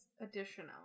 Additional